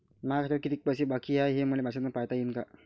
माया खात्यात कितीक पैसे बाकी हाय, हे मले मॅसेजन पायता येईन का?